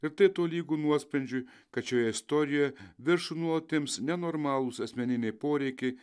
ir tai tolygu nuosprendžiui kad šioje istorijoje viršų nuolat ims nenormalūs asmeniniai poreikiai